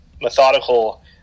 methodical